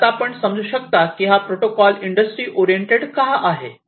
तर आता आपण समजू शकता की हा प्रोटोकॉल इंडस्ट्री ओरिएंटेड का आहे